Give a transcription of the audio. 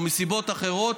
או סיבות אחרות,